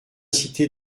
cité